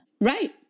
Right